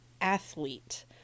athlete